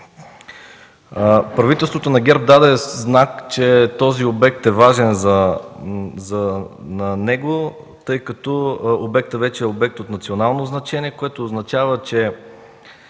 Правителството на ГЕРБ даде знак, че този обект е важен за него, тъй като вече е обект от национално значение, което означава, че